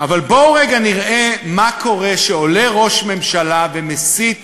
אבל בואו רגע נראה מה קורה כשעולה ראש ממשלה ומסית